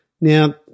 Now